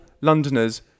Londoners